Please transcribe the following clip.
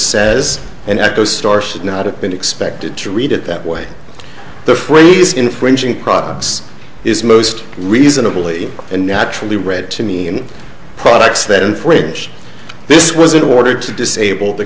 says and echostar should not have been expected to read it that way the phrase infringing products is most reasonable and naturally read to me and products that infringe this was in order to disable the